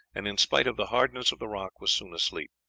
and in spite of the hardness of the rock, was soon asleep.